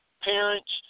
parents